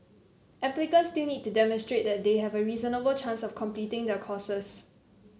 applicants still need to demonstrate that they have a reasonable chance of completing their courses